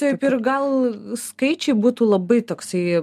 taip ir gal skaičiai būtų labai toksai